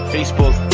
Facebook